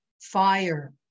fire